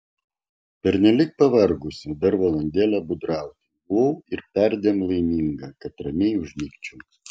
pernelyg pavargusi dar valandėlę būdrauti buvau ir perdėm laiminga kad ramiai užmigčiau